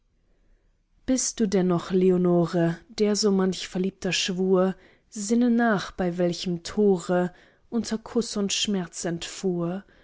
bist du denn noch leonore der so manch verliebter schwur sinne nach bei welchem tore unter kuß und schmerz